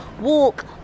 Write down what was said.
walk